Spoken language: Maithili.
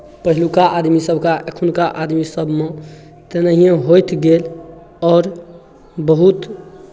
पहिलुका आदमीसभके आ एखुनका आदमीसभमे तेनाहिए होइत गेल आओर बहुत